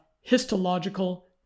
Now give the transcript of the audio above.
histological